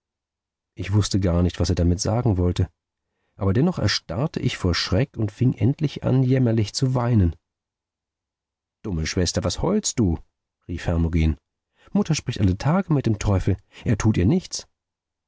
ich wußte gar nicht was er damit sagen wollte aber dennoch erstarrte ich vor schreck und fing endlich an jämmerlich zu weinen dumme schwester was heulst du rief hermogen mutter spricht alle tage mit dem teufel er tut ihr nichts